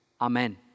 Amen